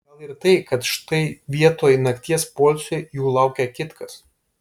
gal ir tai kad štai vietoj nakties poilsio jų laukia kitkas